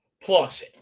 plus